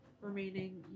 remaining